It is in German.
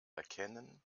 erkennen